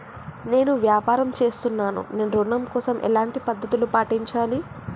నేను వ్యాపారం చేస్తున్నాను నేను ఋణం కోసం ఎలాంటి పద్దతులు పాటించాలి?